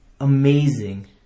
Amazing